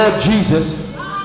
Jesus